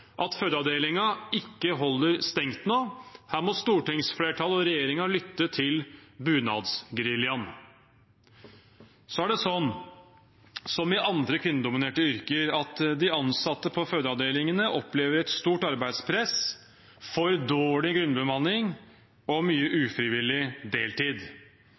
at fødeavdelingen ikke holder stengt nå. Her må stortingsflertallet og regjeringen lytte til Bunadsgeriljaen. Det er sånn, som i andre kvinnedominerte yrker, at de ansatte på fødeavdelingene opplever et stort arbeidspress, for dårlig grunnbemanning og mye ufrivillig deltid.